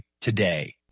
today